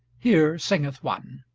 here singeth one